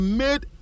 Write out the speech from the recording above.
made